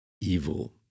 evil